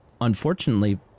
unfortunately